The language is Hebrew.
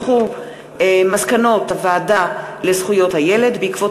מסקנות הוועדה לזכויות הילד בעקבות